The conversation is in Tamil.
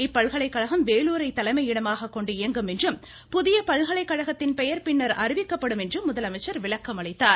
இப்பல்கலைக்கழகம் வேலூரை தலைமையிடமாக கொண்டு இயங்கும் என்றும் புதிய பல்கலைக்கழகத்தின் பெயர் பின்னர் அறிவிக்கப்படும் என்றும் முதலமைச்சர் விளக்கம் அளித்தார்